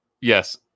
yes